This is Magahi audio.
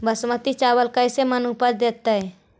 बासमती चावल कैसे मन उपज देतै?